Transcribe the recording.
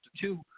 two